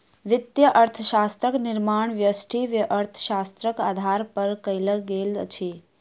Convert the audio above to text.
वित्तीय अर्थशास्त्रक निर्माण व्यष्टि अर्थशास्त्रक आधार पर कयल गेल अछि